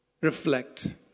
Reflect